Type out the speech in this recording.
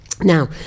Now